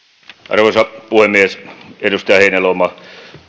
arvoisa puhemies edustaja heinäluoma